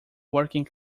working